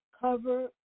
Cover